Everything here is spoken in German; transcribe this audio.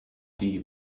die